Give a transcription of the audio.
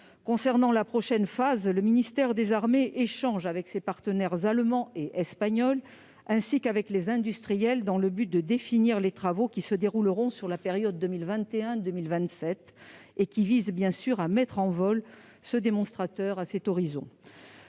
concerne la prochaine phase, le ministère des armées échange avec ses partenaires allemand et espagnol, ainsi qu'avec les industriels, afin de définir les travaux qui se dérouleront au cours de la période 2021-2027 et qui visent bien évidemment à mettre en vol, à cet horizon,